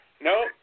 no